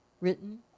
written